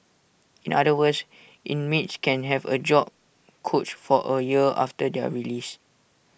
in other words inmates can have A job coach for A year after their release